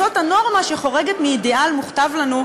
זאת הנורמה שחורגת מאידיאל מוכתב לנו,